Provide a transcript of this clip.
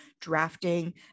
drafting